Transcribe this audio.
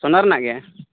ᱥᱚᱱᱟ ᱨᱮᱱᱟᱜ ᱜᱮ